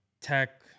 tech